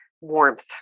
warmth